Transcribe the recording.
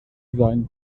sein